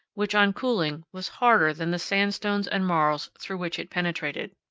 which on cooling was harder than the sandstones and marls through which it penetrated.